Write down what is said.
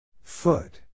Foot